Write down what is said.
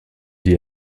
die